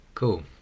Cool